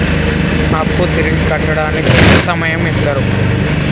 అప్పు తిరిగి కట్టడానికి ఎంత సమయం ఇత్తరు?